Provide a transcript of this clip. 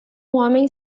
homem